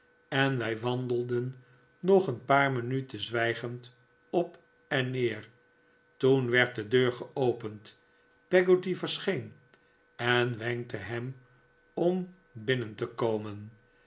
en wij wandelden nog een paar minuten zwijgend op en neer toen werd de deur geopend peggotty verscheen en wenkte ham om binnen te komen